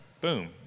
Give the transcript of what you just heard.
Boom